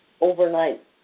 overnight